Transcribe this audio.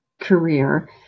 career